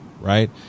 right